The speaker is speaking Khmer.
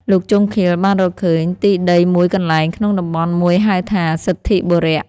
លោកជង្ឃាល បានរកឃើញទីដីមួយកន្លែងក្នុងតំបន់មួយហៅថា សិទ្ធិបុរៈ